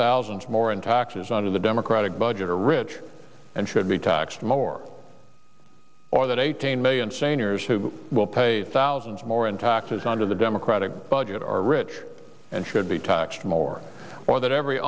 thousands more in taxes under the democratic budget are rich and should be taxed more or that eighteen million strangers who will pay thousands more in taxes under the democratic budget are rich and should be taxed more or that every